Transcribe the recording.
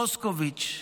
מוסקוביץ'.